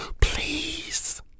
please